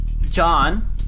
John